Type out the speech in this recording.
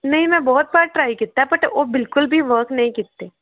ਨਹੀਂ ਮੈਂ ਬਹੁਤ ਵਾਰ ਟਰਾਈ ਕੀਤਾ ਬਟ ਉਹ ਬਿਲਕੁਲ ਵੀ ਵਰਕ ਨਹੀਂ ਕੀਤੇ